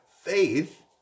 faith